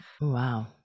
Wow